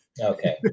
Okay